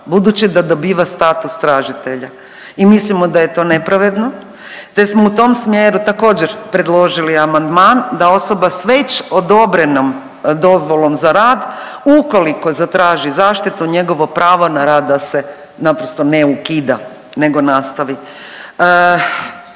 budući da dobiva status tražitelja i mislimo da je to nepravedno, te smo u tom smjeru također predložili amandman da osoba s već odobrenom dozvolom za rad ukoliko zatraži zaštitu njegovo pravo na rad da se naprosto ne ukida nego nastavi.